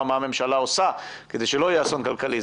מה הממשלה עושה כדי שלא יהיה אסון כלכלי.